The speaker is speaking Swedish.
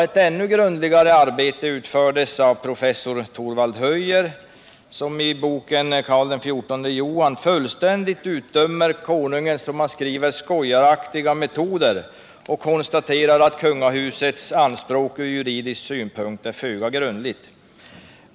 Ett ännu grundligare arbete utfördes av professor Torvald Höjer, som i boken Carl XIV Johan fullständigt utdömer kungens, som han skriver, skojaraktiga metoder och konstaterar att kungahusets anspråk ur juridisk synpunkt är föga grundat.